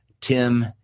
Tim